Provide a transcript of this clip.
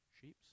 Sheeps